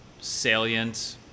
salient